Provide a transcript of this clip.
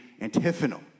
antiphonal